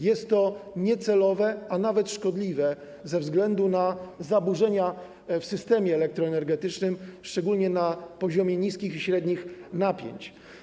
Jest to niecelowe, a nawet szkodliwe ze względu na zaburzenia w systemie elektroenergetycznym, szczególnie na poziomie niskich i średnich napięć.